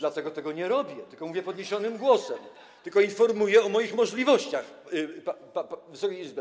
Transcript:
Dlatego tego nie robię, tylko mówię podniesionym głosem, [[Wesołość na sali]] tylko informuję o moich możliwościach, Wysoka Izbo.